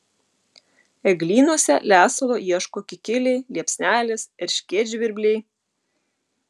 eglynuose lesalo ieško kikiliai liepsnelės erškėtžvirbliai